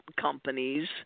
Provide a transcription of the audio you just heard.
companies